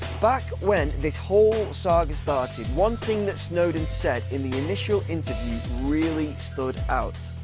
back when this whole saga started, one thing that snowden said in the initial interview really stood out.